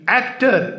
actor